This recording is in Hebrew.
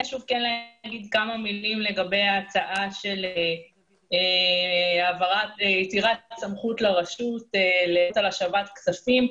חשוב לי לומר כמה מילים לגבי ההצעה של יצירת סמכות לרשות להשבת כספים.